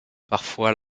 parfois